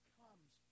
comes